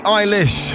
Eilish